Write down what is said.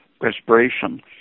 respiration